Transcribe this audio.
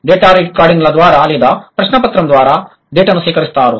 data recording ల ద్వారా లేదా ప్రశ్నాపత్రం ద్వారా డేటాను సేకరిస్తారు